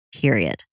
period